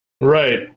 Right